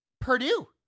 Purdue